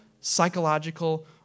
psychological